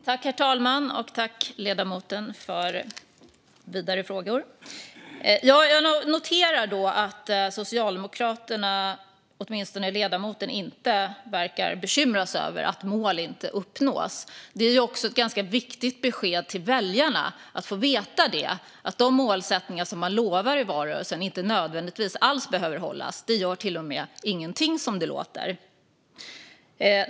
Herr talman! Tack, ledamoten, för vidare frågor! Jag noterar att Socialdemokraterna, eller åtminstone ledamoten, inte verkar bekymra sig över att mål inte uppnås. Det är ett ganska viktigt besked till väljarna att få veta det. De målsättningar som man lovar i valrörelsen behöver inte nödvändigtvis alls hållas. Det gör till och med ingenting, som det låter.